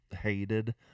Hated